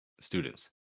students